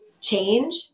change